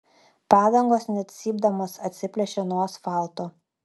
padangos net cypdamos atsiplėšė nuo asfalto